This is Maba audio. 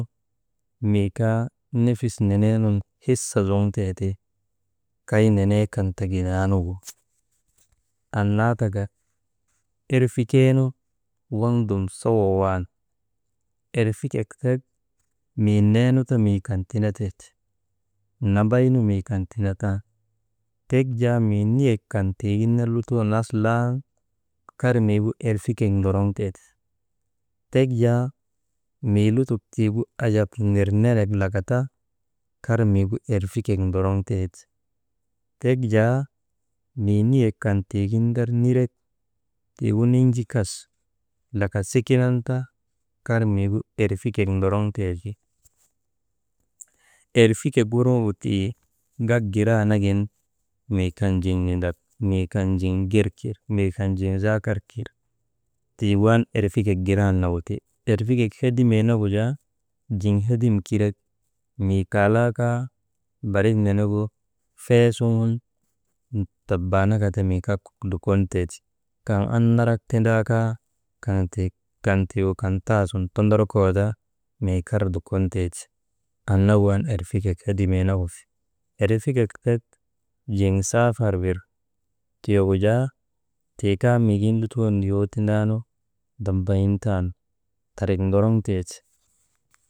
Mii kaa nafis nenee nun hisa zoŋtee ti kay nenee kan ta gindaanugu, annaa taka erfikeenu waŋ dum sawa wan, erfikek tek mii neenu ta miikan tindatee ti, nambaynu mii kan tindatan, tek jaa mii niyek kan tiigin ner lutoonu nas laanu kar miigu erfikek ndorŋteeti, tek jaa mii lutok tiigu ajab nir neka ta kar miigu erfikek ndorŋtee ti, tek jaa mii niyek kan tiigin nirrek, tiigu ninjikas laka sikinan ta kar miigu erfikek ndoroŋtee ti, erfikek wurŋogu tii gak giraa nagin mii kan jiŋ nindak mii kan jiŋ ger nir mii kan jiŋ zaakar kir tiigu an erfikek giran nagu ti. Erfikek hedimee nagu jaa jiŋ hedim kirek mii kaalaa kaa barik nenegu feesuŋun tabaanaka ta mii kaa kok dukontee ti, kaŋ an narak tindaa kaa «hesitation» kaŋ tik kan tasun tondorkoka ta mii kar dukon teeti, annagu an erfikek hedimee nagu ti. Enfikek jiŋ saafar wirgu jaa tii kaa miigin lutoo nuyoo tindaanu ndabayintaani Tarik ndoroŋtee ti.